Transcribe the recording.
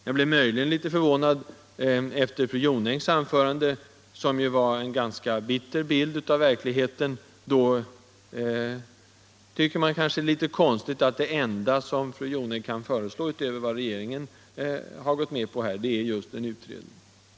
Jag blev möjligen litet förvånad över att det enda fru Jonäng efter sitt anförande, som gav en ganska bitter bild av verkligheten, hade att föreslå utöver vad regeringen gått med på var en utredning.